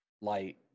light